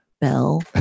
Bell